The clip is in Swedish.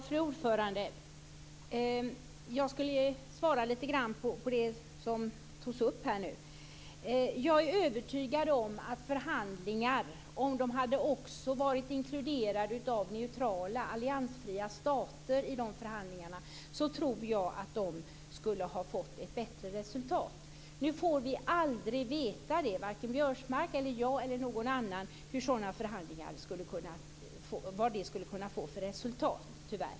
Fru talman! Jag skulle vilja svara lite grann på det som togs upp här nu. Jag är övertygad om att förhandlingarna skulle ha fått ett bättre resultat om de också hade inkluderat neutrala alliansfria stater. Nu får vi tyvärr aldrig veta - varken Biörsmark, jag eller någon annan - vilka resultat sådan förhandlingar hade kunnat få.